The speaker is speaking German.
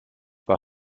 war